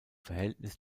verhältnis